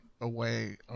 away